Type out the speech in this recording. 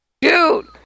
dude